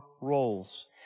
roles